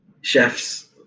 chefs